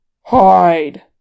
Hide